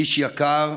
איש יקר,